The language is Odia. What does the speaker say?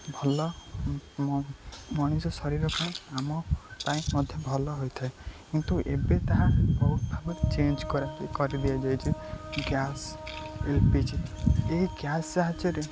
ଭଲ ମଣିଷ ଶରୀର ପାଇଁ ଆମ ପାଇଁ ମଧ୍ୟ ଭଲ ହୋଇଥାଏ କିନ୍ତୁ ଏବେ ତାହା ବହୁତ ଭାବରେ ଚେଞ୍ଜ୍ କରିଦିଆଯାଇଛି ଗ୍ୟାସ୍ ଏଲ୍ ପି ଜି ଏ ଗ୍ୟାସ୍ ସାହାଯ୍ୟରେ